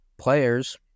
players